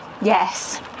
Yes